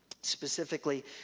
specifically